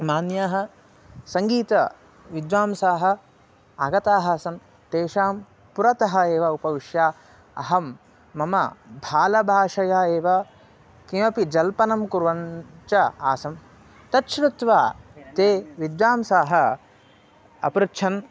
मान्याः सङ्गीतविद्वांसाः आगताः आसन् तेषां पुरतः एव उपविश्य अहं मम बालभाषया एव किमपि जल्पनं कुर्वन् च आसम् तत् श्रुत्वा ते विद्वांसाः अपृच्छन्